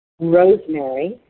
rosemary